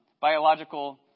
biological